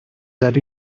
that